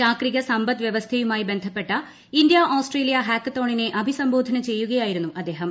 ചാക്രിക സമ്പദ്വ്യവസ്ഥയുമായി ബന്ധപ്പെട്ട ഇന്ത്യ ഓസ്ട്രേലിയ ഹാക്കത്തോണിനെ അഭിസംബോധന ചെയ്യുകയായിരുന്നു അദ്ദേ ഹം